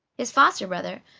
his foster-brother,